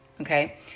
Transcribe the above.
okay